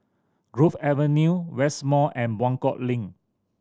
Grove Avenue West Mall and Buangkok Link